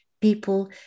people